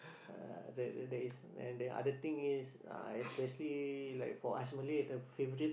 uh there there there is and the other thing is uh especially like for us Malay the favorite